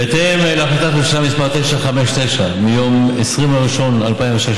בהתאם להחלטת ממשלה 959, מיום 20 בינואר 2016,